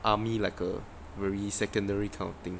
army like a very secondary kind of thing